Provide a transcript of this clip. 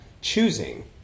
choosing